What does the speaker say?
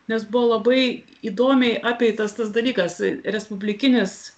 nes buvo labai įdomiai apeitas tas dalykas respublikinis